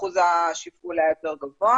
האחוז היה יותר גבוה